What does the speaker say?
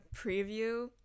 preview